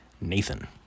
nathan